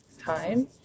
time